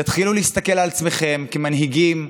תתחילו להסתכל על עצמכם כמנהיגים,